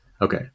Okay